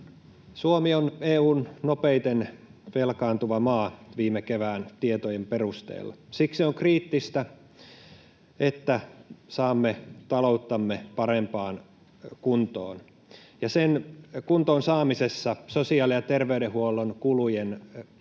Suomi on EU:n nopeiten velkaantuva maa viime kevään tietojen perusteella. Siksi on kriittistä, että saamme talouttamme parempaan kuntoon, ja sen kuntoon saamisessa sosiaali- ja terveydenhuollon kulujen nousun